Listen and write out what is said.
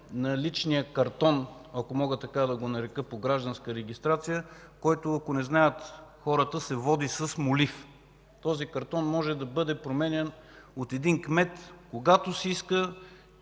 на личния картон, ако мога така да го нарека, по гражданска регистрация. Ако хората не знаят, той се води с молив. Този картон може да бъде променян от един кмет, когато си иска